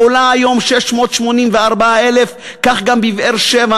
עולה היום 684,000. כך גם בבאר-שבע,